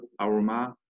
aroma